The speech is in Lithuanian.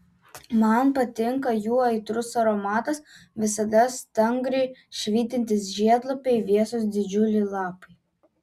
man patinka jų aitrus aromatas visada stangriai švytintys žiedlapiai vėsūs didžiuliai lapai